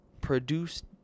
produced